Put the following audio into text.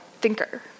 thinker